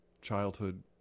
childhood